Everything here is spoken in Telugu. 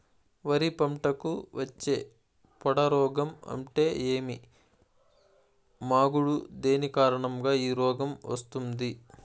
వరి పంటకు వచ్చే పొడ రోగం అంటే ఏమి? మాగుడు దేని కారణంగా ఈ రోగం వస్తుంది?